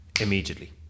immediately